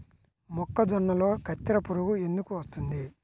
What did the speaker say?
మొక్కజొన్నలో కత్తెర పురుగు ఎందుకు వస్తుంది?